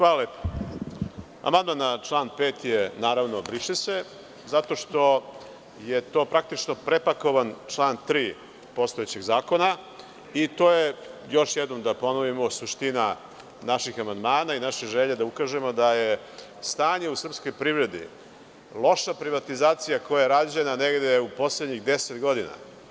Amandman na član 5. je naravno – briše se, zato što je to praktično prepakovan član 3. postojećeg Zakona i to je, još jednom da ponovimo suština naših amandmana i naša želja da ukažemo da je stanje u srpskoj privredi loša privatizacija koja je rađena negde u poslednjih deset godina.